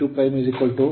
V2 386